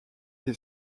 des